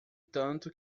tanto